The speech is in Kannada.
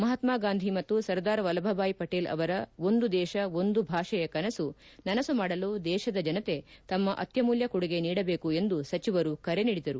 ಮಹಾತ್ಮ ಗಾಂಧಿ ಮತ್ತು ಸರ್ದಾರ್ ವಲ್ಲಭ್ಬಾಯ್ ಪಟೇಲ್ ಅವರ ಒಂದು ದೇಶ ಒಂದು ಭಾಷೆಯ ಕನಸು ನನಸು ಮಾಡಲು ದೇಶದ ಜನತೆ ತಮ್ಮ ಅತ್ಯಮೂಲ್ಕ ಕೊಡುಗೆ ನೀಡಬೇಕು ಎಂದು ಸಚಿವರು ಕರೆ ನೀಡಿದರು